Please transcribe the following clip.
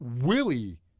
Willie